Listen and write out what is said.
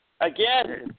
Again